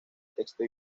texto